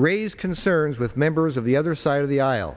raised concerns with members of the other side of the aisle